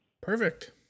Perfect